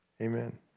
Amen